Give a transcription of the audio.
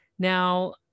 Now